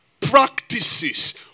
Practices